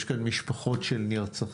יש כאן משפחות של נרצחים,